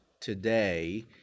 today